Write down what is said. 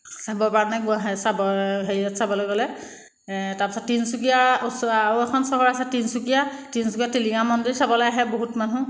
চাবৰ কাৰণে গুৱাহাটী চাবৰ হেৰিয়ত চাবলৈ গ'লে তাৰপিছত তিনিচুকীয়া আৰু এখন চহৰ আছে তিনিচুকীয়া তিনিচুকীয়াত টিলিঙা মন্দিৰ চাবলৈ আহে বহুত মানুহ